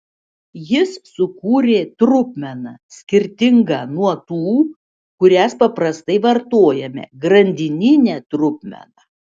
jis sukūrė trupmeną skirtingą nuo tų kurias paprastai vartojame grandininę trupmeną